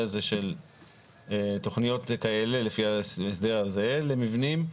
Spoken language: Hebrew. הזה של תכניות כאלה לפי ההסדר הזה למבנים,